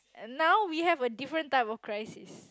now we have a different type of crisis